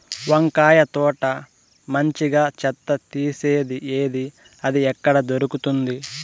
వంకాయ తోట మంచిగా చెత్త తీసేది ఏది? అది ఎక్కడ దొరుకుతుంది?